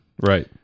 Right